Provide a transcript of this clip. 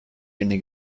yerine